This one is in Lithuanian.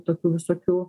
tokių visokių